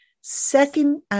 Second